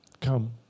Come